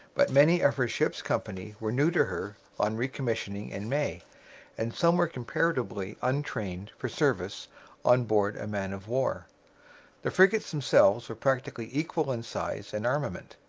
but many of her ship's company were new to her, on recommissioning in may and some were comparatively untrained for service on board a man-of-war. the frigates themselves were practically equal in size and armament.